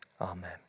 Amen